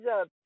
up